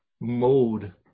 mode